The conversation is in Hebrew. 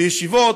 בישיבות,